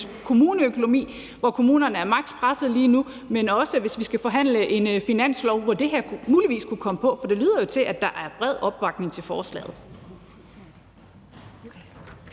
kommuneøkonomi, hvor kommunerne er maks. pressede lige nu, men også, hvis vi skal forhandle en finanslov, hvor det her muligvis kunne komme på. For det lyder jo til, at der er bred opbakning til forslaget.